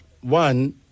one